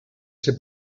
ser